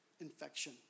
infection